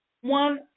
One